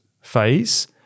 phase